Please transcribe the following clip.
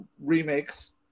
remakes